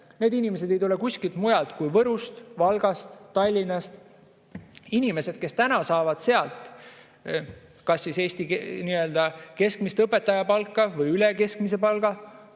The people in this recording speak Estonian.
Need inimesed ei tule kuskilt mujalt kui Võrust, Valgast, Tallinnast. Inimeste puhul, kes täna saavad kas Eesti keskmist õpetaja palka või [pisut] üle keskmise palga,